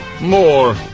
more